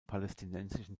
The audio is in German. palästinensischen